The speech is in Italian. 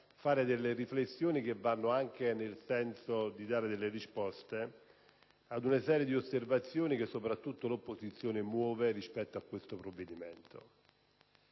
fare delle riflessioni che vanno nel senso di dare delle risposte ad una serie di osservazioni che soprattutto l'opposizione muove rispetto a questo provvedimento.